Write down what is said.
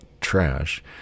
trash